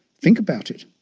think about it,